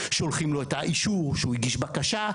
שולחים לו את האישור שהוא הגיש בקשה.